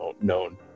known